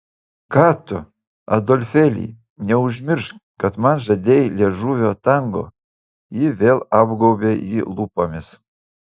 ką tu adolfėli neužmiršk kad man žadėjai liežuvio tango ji vėl apgaubė jį lūpomis